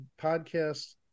podcast